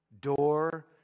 Door